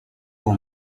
for